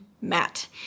Matt